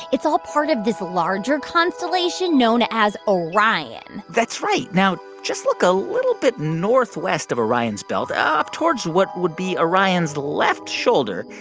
it's all part of this larger constellation known as orion that's right. now, just look a little bit northwest of orion's belt, up towards what would be orion's left shoulder,